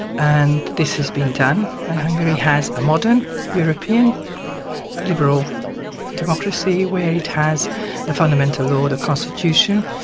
and this has been done, and hungary has a modern european liberal democracy where it has the fundamental law, the constitution,